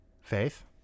faith